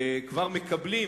וכבר מקבלים,